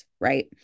right